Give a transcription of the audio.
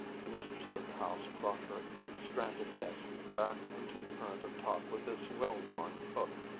the mistress of the house brought her stranded guest back into the current of talk with this well-worn hook.